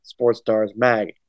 SportsStarsMag